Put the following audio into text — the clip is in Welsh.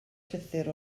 llythyr